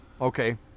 okay